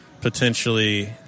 potentially